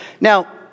now